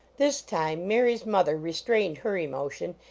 this time mary s mother restrained her emotion,